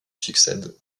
succède